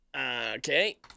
Okay